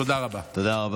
תודה רבה.